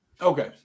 Okay